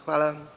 Hvala.